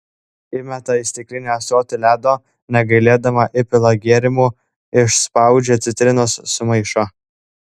įmeta į stiklinį ąsotį ledo negailėdama įpila gėrimų išspaudžia citrinos sumaišo